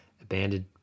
abandoned